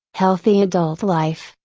healthy adult life,